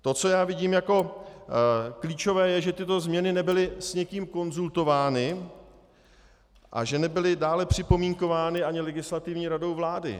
To, co já vidím jako klíčové, je, že tyto změny nebyly s nikým konzultovány a že nebyly dále připomínkovány ani Legislativní radou vlády.